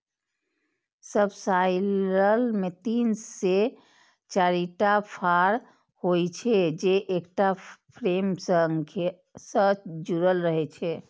subsoiler मे तीन से चारिटा फाड़ होइ छै, जे एकटा फ्रेम सं जुड़ल रहै छै